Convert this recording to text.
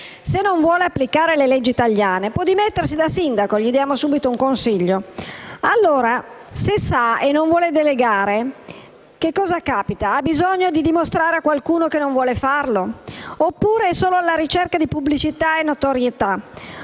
Se non vuole applicare le leggi italiane, può dimettersi da sindaco: gli diamo subito un consiglio. Allora, se lo sa, e non vuole delegare, che cosa accade? Ha bisogno di dimostrare a qualcuno che non vuole farlo? Oppure è solo alla ricerca di pubblicità e notorietà?